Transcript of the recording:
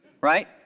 right